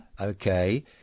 Okay